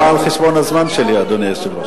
למה על חשבון הזמן שלי, אדוני היושב-ראש?